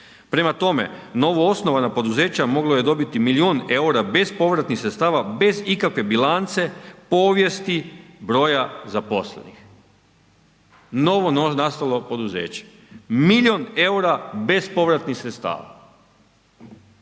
Prema tome, novoosnovana poduzeća moglo je dobiti milijun eura bespovratnih sredstava, bez ikakve bilance, povijesti, broja zaposlenih, novonastalo poduzeće milijun eura bespovratnih sredstava.